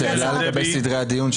דבי --- יש לי שאלה לגבי סדרי הדיון,